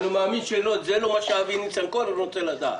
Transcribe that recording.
אני מאמין שזה לא מה שאבי ניסנקורן רוצה לדעת.